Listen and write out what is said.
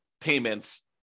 payments